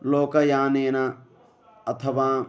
लोकयानेन अथवा